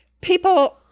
people